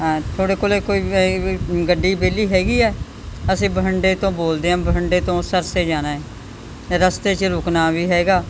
ਹਾਂ ਤੁਹਾਡੇ ਕੋਲ ਕੋਈ ਗੱਡੀ ਵਿਹਲੀ ਹੈਗੀ ਐ ਅਸੀਂ ਬਠਿੰਡੇ ਤੋਂ ਬੋਲਦੇ ਹਾਂ ਬਠਿੰਡੇ ਤੋਂ ਸਰਸੇ ਜਾਣਾ ਹੈ ਰਸਤੇ 'ਚ ਰੁਕਣਾ ਵੀ ਹੈਗਾ